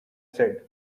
said